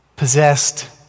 possessed